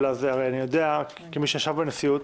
אני יודע, כמי שישב בנשיאות,